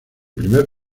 primer